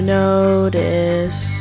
notice